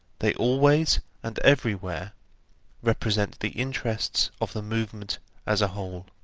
they always and everywhere represent the interests of the movement as a whole.